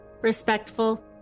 respectful